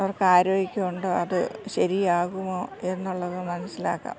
അവർക്ക് ആരോഗ്യമുണ്ടോ അത് ശരിയാകുമോ എന്നുള്ളത് മനസ്സിലാക്കാം